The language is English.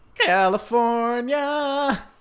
California